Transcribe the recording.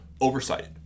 oversight